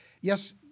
Yes